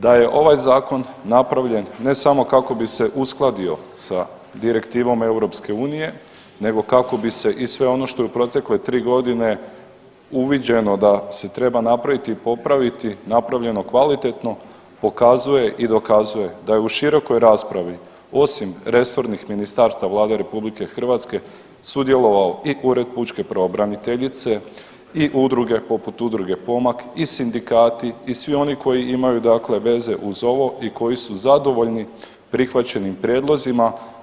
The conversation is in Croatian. Da je ovaj zakon napravljen ne samo kako bi se uskladio sa direktivom EU nego kako bi se i sve ono što je u protekle 3 godine uviđeno da se treba napraviti i popraviti napravljeno kvalitetno pokazuje i dokazuje da je u širokoj raspravi osim resornih ministarstava Vlade RH sudjelovalo i Ured pučke pravobraniteljice i udruge poput Udruge Pomak i sindikati i svi oni koji imaju dakle veze uz ovo i koji su zadovoljni prihvaćenim prijedlozima.